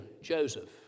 Joseph